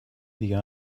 دیگه